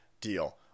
deal